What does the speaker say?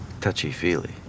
Touchy-feely